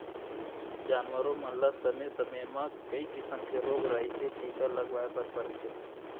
जानवरों मन ल समे समे म कई किसम के रोग राई के टीका लगवाए बर परथे